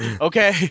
Okay